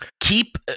keep